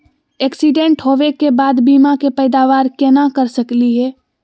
Accident होवे के बाद बीमा के पैदावार केना कर सकली हे?